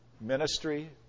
Ministry